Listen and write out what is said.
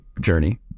journey